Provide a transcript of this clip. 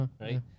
right